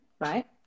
right